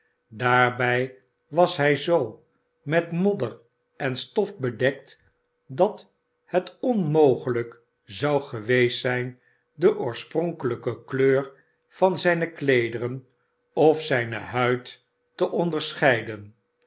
daarbij was hij zoo met modder en stof bedekt dat het onmogelijk zou geweest zijn de oorspronkelijke kleur van zijne kleederen of zijne huid te onderscheiden